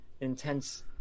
intense